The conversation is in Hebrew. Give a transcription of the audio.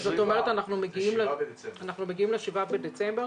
אנחנו מגיעים ל-7 בדצמבר,